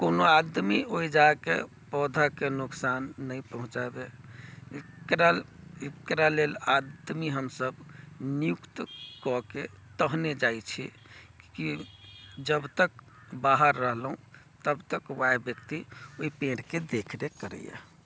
कोनो आदमी ओहिठाम जाके पौधाके नुकसान नहि पहुँचाबै एकरा लेल आदमी हमसब नियुक्त कऽ के तहने जाइत छी कि जब तक बाहर रहलहुँ तब तक ओएह व्यक्ति ओहि पेड़के देख रेख करैया